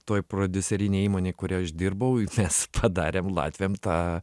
toj prodiuserinėj įmonei kurioj aš dirbau mes padarėm latviam tą